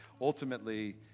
ultimately